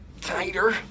tighter